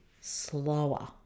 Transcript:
slower